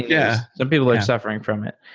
yeah some people are suffering from it.